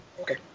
Okay